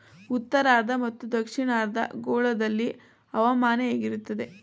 ಉತ್ತರಾರ್ಧ ಮತ್ತು ದಕ್ಷಿಣಾರ್ಧ ಗೋಳದಲ್ಲಿ ಹವಾಮಾನ ಹೇಗಿರುತ್ತದೆ?